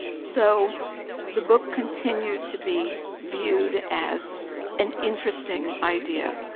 so the book continued to be viewed as an interesting idea.